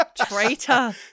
traitor